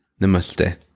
Namaste